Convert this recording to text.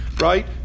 right